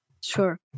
Sure